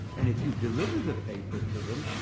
and if you deliver the paper to them,